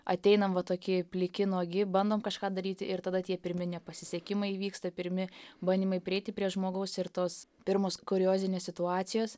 ateinam va tokie pliki nuogi bandom kažką daryti ir tada tie pirmi nepasisekimai įvyksta pirmi bandymai prieiti prie žmogaus ir tos pirmos kuriozinės situacijos